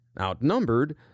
Outnumbered